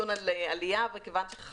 לפעולה שהמשמעות שלה